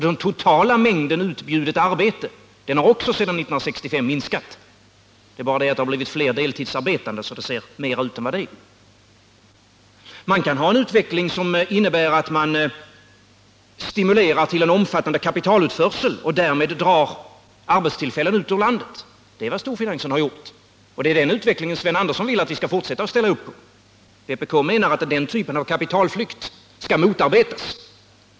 Den totala mängden utbjudet arbete har också minskat sedan 1965, det är bara det att vi fått fler deltidsarbetande, så det ser ut att vara fler arbetstillfällen än det är. Man kan också satsa på en utveckling som innebär att man stimulerar till en omfattande kapitalutförsel och därmed drar arbetstillfällen ut ur landet. Det är vad storfinansen har gjort, och det är den utvecklingen som Sven Andersson vill att vi skall fortsätta att ställa upp på. Men vpk menar att den typen av kapitalflykt skall motarbetas.